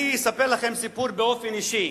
אני אספר לכם סיפור אישי.